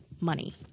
money